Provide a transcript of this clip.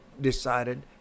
decided